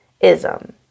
ism